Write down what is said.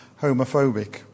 homophobic